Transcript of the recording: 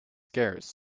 scarce